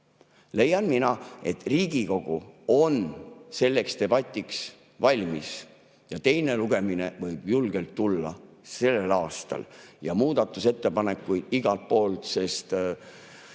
leian mina, et Riigikogu on selleks debatiks valmis ja teine lugemine võib julgelt tulla sellel aastal, samuti muudatusettepanekuid igalt poolt.